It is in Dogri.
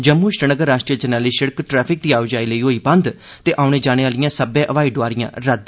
जम्मू श्रीनगर राश्ट्रीय जरनैली सड़क ट्रैफिक दी आओजाई लेई होई बंद औने जाने आलियां सब्बै हवाई डोआरियां रद्द